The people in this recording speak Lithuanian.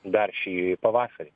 dar šį pavasarį